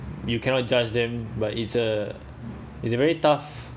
you cannot judge them but it's a it's a very tough